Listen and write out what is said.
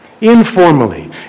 Informally